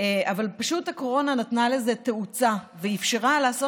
אבל פשוט הקורונה נתנה לזה תאוצה ואפשרה לעשות